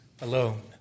alone